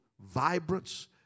vibrance